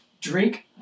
drink